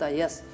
yes